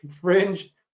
Fringe